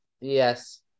Yes